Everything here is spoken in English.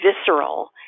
visceral